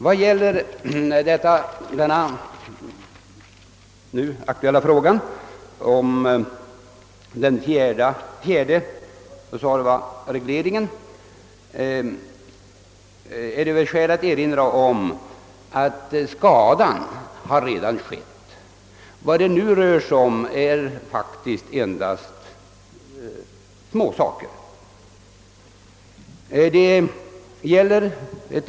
Vad gäller den aktuella frågan, en fjärde suorvareglering, är det skäl att erinra om att skadan redan har skett. Nu rör det sig faktiskt endast om småsaker.